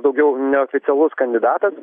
daugiau neoficialus kandidatas